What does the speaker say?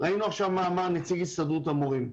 שמענו עכשיו מה אמר נציג הסתדרות המורים.